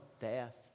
death